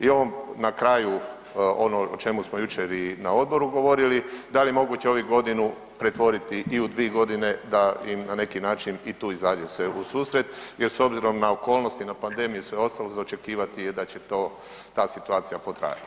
I na kraju ono o čemu smo jučer i na odboru govorili, da je moguće ovu godinu pretvoriti i u dvi godine da im na neki način i tu izađe se u susret jer s obzirom na okolnosti, na pandemiju i sve ostalo za očekivati je da će ta situacija potrajati.